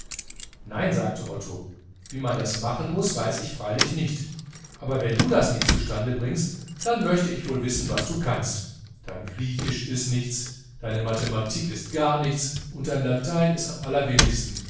nein sagte otto wie man das machen muß weiß ich freilich nicht aber wenn du das nicht zustande bringst dann möchte ich wohl wissen was du kannst dein griechisch ist nichts deine mathematik ist gar nichts und dein latein ist am allerwenigsten